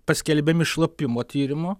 paskelbiami šlapimo tyrimu